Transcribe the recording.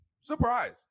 surprise